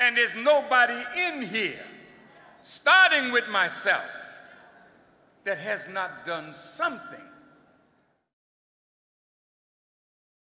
and there's nobody in here starting with myself that has not done something